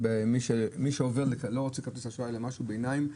מי שלא רוצה כרטיס אשראי אלא משהו ביניים,